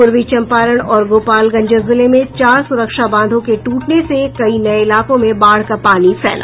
पूर्वी चंपारण और गोपालगंज जिले में चार सुरक्षा बांधों के टूटने से कई नये इलाकों में बाढ़ का पानी फैला